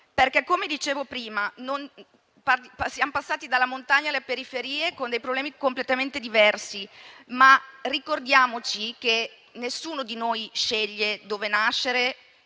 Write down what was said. Come dicevo prima, siamo passati dalla montagna alle periferie, con problemi completamente diversi, ma ricordiamoci che nessuno di noi sceglie dove nascere